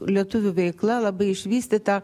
lietuvių veikla labai išvystyta